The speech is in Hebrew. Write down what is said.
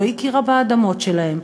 לא הכירה באדמות שלהם,